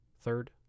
Third